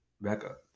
backup